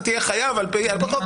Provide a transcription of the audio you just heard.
אתה תהיה חייב על פי החוק.